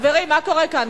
מה קורה כאן?